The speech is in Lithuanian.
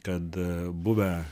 kad buvę